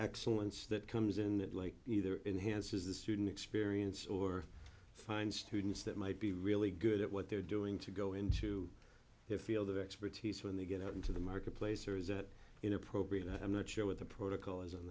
excellence that comes in that way either enhanced as a student experience or find students that might be really good at what they're doing to go into their field of expertise when they get out into the marketplace or is it inappropriate and i'm not sure what the protocol is